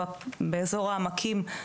באזור העמקים,